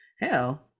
Hell